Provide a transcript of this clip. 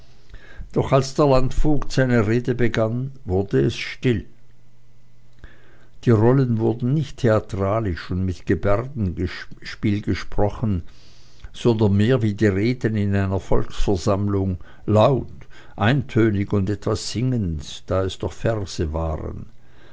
doch als der landvogt seine rede begann wurde es still die rollen wurden nicht theatralisch und mit gebärdenspiel gesprochen sondern mehr wie die reden in einer volksversammlung laut eintönig und etwas singend da es doch verse waren